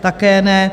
Také ne.